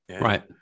right